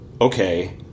okay